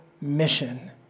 mission